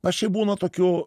aš jei būna tokių